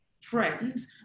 friends